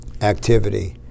activity